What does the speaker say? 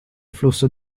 flusso